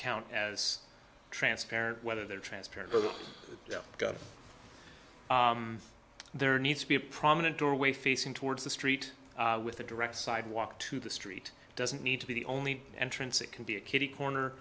count as transparent whether they're transparent or the you know there needs to be a prominent doorway facing towards the street with a direct sidewalk to the street doesn't need to be the only entrance it can be a kitty corner